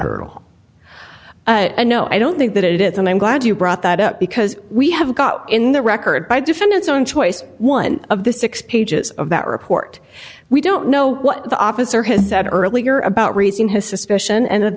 but no i don't think that it is and i'm glad you brought that up because we have got in the record by defendant's own choice one of the six pages of that report we don't know what the officer has said earlier about raising his suspicion and at